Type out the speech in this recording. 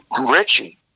Richie